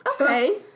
okay